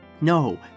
No